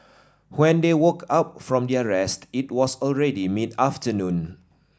when they woke up from their rest it was already mid afternoon